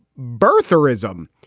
birtherism.